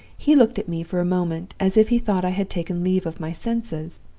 he looked at me for a moment, as if he thought i had taken leave of my senses.